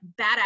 badass